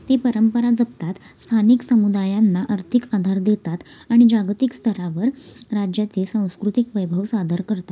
ते परंपरा जपतात स्थानिक समुदायांना आर्थिक आधार देतात आणि जागतिक स्तरावर राज्याचे सांस्कृतिक वैभव सादर करतात